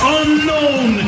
unknown